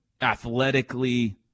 Athletically